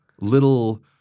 little